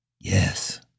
Yes